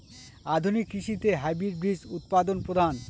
আধুনিক কৃষিতে হাইব্রিড বীজ উৎপাদন প্রধান